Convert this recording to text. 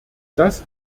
das